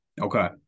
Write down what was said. Okay